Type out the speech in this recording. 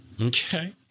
Okay